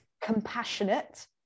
compassionate